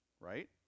right